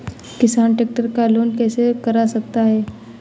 किसान ट्रैक्टर का लोन कैसे करा सकता है?